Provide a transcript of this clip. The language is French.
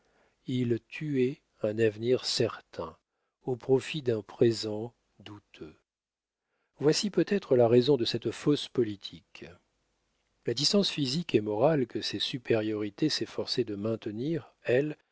il tuait un avenir certain au profit d'un présent douteux voici peut-être la raison de cette fausse politique la distance physique et morale que ces supériorités s'efforçaient de maintenir